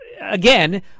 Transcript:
again